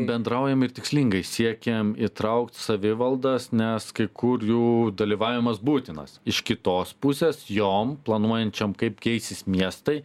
bendraujam ir tikslingai siekiam įtraukt savivaldas nes kai kur jų dalyvavimas būtinas iš kitos pusės jom planuojančiom kaip keisis miestai